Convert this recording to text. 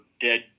dead